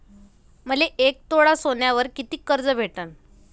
मले एक तोळा सोन्यावर कितीक कर्ज भेटन?